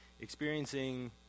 Experiencing